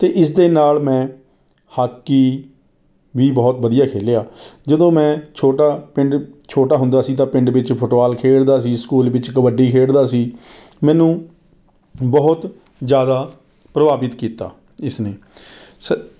ਅਤੇ ਇਸਦੇ ਨਾਲ ਮੈਂ ਹਾਕੀ ਵੀ ਬਹੁਤ ਵਧੀਆ ਖੇਡਿਆ ਜਦੋਂ ਮੈਂ ਛੋਟਾ ਪਿੰਡ ਛੋਟਾ ਹੁੰਦਾ ਸੀ ਤਾਂ ਪਿੰਡ ਵਿੱਚ ਫੁੱਟਬਾਲ ਖੇਡਦਾ ਸੀ ਸਕੂਲ ਵਿੱਚ ਕਬੱਡੀ ਖੇਡਦਾ ਸੀ ਮੈਨੂੰ ਬਹੁਤ ਜ਼ਿਆਦਾ ਪ੍ਰਭਾਵਿਤ ਕੀਤਾ ਇਸਨੇ ਸ